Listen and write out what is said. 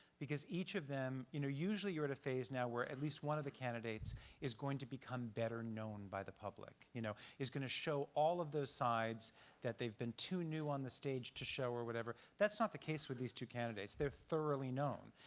because each of them you know usually you're at a phase now where at least one of the candidates is going to become better known by the public, you know is going to show all of those sides that they've been too new on the stage to show or whatever. that's not the case with these two candidates. they are thoroughly known.